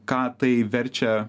ką tai verčia